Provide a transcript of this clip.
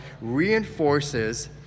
reinforces